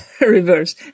reverse